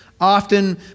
often